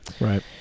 Right